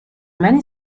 many